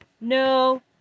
no